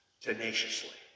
tenaciously